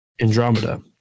Andromeda